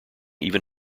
even